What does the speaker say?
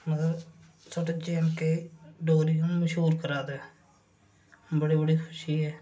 मतलब साढ़े जेएण्डके डोगरी हुन मश्हूर करै दे बड़ी बड़ी खुशी ऐ